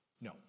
No